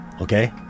okay